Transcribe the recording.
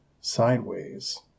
sideways